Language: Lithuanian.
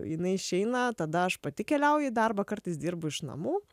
jinai išeina tada aš pati keliauju į darbą kartais dirbu iš namų